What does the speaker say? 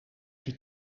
die